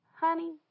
honey